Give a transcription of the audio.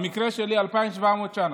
במקרה שלי אלפיים ושבע מאות שנה,